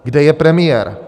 Kde je premiér?